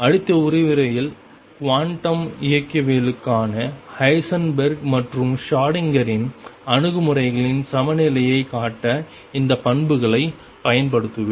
அடுத்த விரிவுரையில் குவாண்டம் இயக்கவியலுக்கான ஹைசன்பெர்க் Heisenberg's மற்றும் ஷ்ரோடிங்கரின் Schrödinger's அணுகுமுறைகளின் சமநிலையைக் காட்ட இந்த பண்புகளைப் பயன்படுத்துவேன்